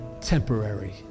temporary